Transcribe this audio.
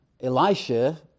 Elisha